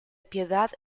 piedad